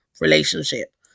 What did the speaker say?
relationship